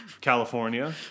California